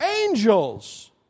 angels